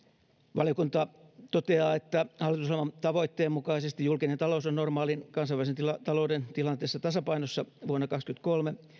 valiokunta toteaa että hallitusohjelman tavoitteen mukaisesti julkinen talous on normaalin kansainvälisen talouden tilanteessa tasapainossa vuonna kaksikymmentäkolme